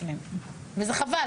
וזה חבל.